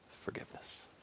forgiveness